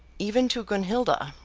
even to gunhilda,